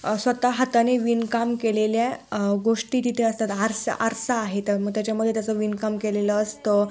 स्वतः हाताने विणकाम केलेल्या गोष्टी तिथे असतात आरसा आरसा आहे त्या मग त्याच्यामध्ये त्याचं विणकाम केलेलं असतं